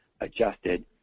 adjusted